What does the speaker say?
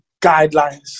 guidelines